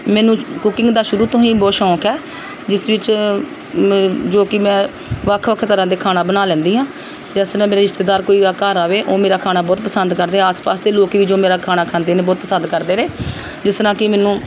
ਮੈਨੂੰ ਕੁਕਿੰਗ ਦਾ ਸ਼ੁਰੂ ਤੋਂ ਹੀ ਬਹੁਤ ਸ਼ੌਂਕ ਹੈ ਜਿਸ ਵਿੱਚ ਮ ਜੋ ਕਿ ਮੈਂ ਵੱਖ ਵੱਖ ਤਰ੍ਹਾਂ ਦੇ ਖਾਣਾ ਬਣਾ ਲੈਂਦੀ ਹਾਂ ਜਿਸ ਤਰ੍ਹਾਂ ਮੇਰੇ ਰਿਸ਼ਤੇਦਾਰ ਕੋਈ ਘਰ ਆਵੇ ਉਹ ਮੇਰਾ ਖਾਣਾ ਬਹੁਤ ਪਸੰਦ ਕਰਦੇ ਆਸ ਪਾਸ ਦੇ ਲੋਕ ਵੀ ਜੋ ਮੇਰਾ ਖਾਣਾ ਖਾਂਦੇ ਨੇ ਬਹੁਤ ਪਸੰਦ ਕਰਦੇ ਨੇ ਜਿਸ ਤਰ੍ਹਾਂ ਕਿ ਮੈਨੂੰ